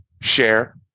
share